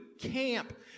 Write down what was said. camp